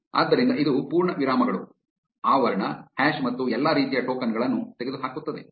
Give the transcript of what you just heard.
ಆದ್ದರಿಂದ ಇದು ಪೂರ್ಣ ವಿರಾಮಗಳು ಆವರಣ ಹ್ಯಾಶ್ ಮತ್ತು ಎಲ್ಲಾ ರೀತಿಯ ಟೋಕನ್ ಗಳನ್ನು ತೆಗೆದುಹಾಕುತ್ತದೆ